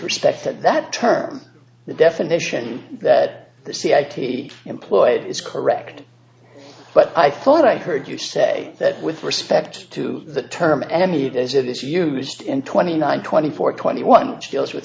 respect that that term the definition that the cia employed is correct but i thought i heard you say that with respect to the term enemy as it is used in twenty nine twenty four twenty one which deals with